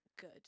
good